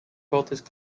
both